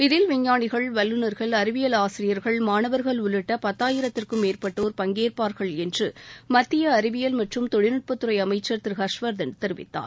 இதில் விஞ்ஞானிகள் வல்லுநர்கள் அறிவியல் பத்தாயிரத்திற்கும் மேற்பட்டோர் பங்கேற்பார்கள் என்று மத்திய அறிவியல் மற்றும் தொழில்நுட்பத்துறை அமைச்சர் திரு ஹர்ஷ்வர்தன் தெரிவித்தார்